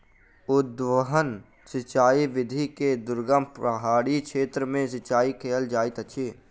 उद्वहन सिचाई विधि से दुर्गम पहाड़ी क्षेत्र में सिचाई कयल जाइत अछि